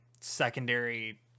secondary